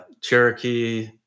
Cherokee